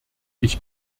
ich